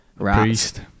priest